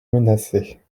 menacé